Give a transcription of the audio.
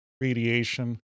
radiation